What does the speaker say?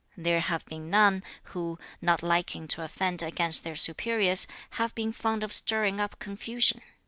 there have been none, who, not liking to offend against their superiors, have been fond of stirring up confusion.